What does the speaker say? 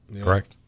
correct